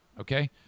Okay